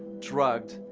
drugged,